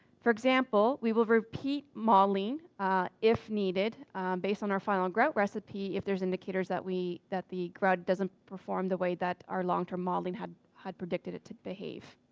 for example, we will repeat modeling if needed based on our final grout recipe. if there's indicators that we, that the grout doesn't perform the way that our longterm modeling had had predicted it to behave.